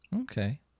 Okay